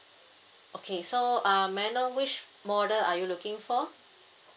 okay so um may I know which model are you looking for